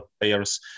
players